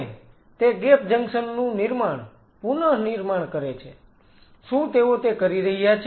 અને તે gap junction નું નિર્માણ પુનઃનિર્માણ કરે છે શું તેઓ તે કરી રહ્યા છે